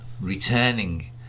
returning